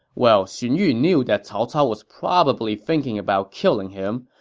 well, xun yu knew that cao cao was probably thinking about killing him,